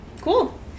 cool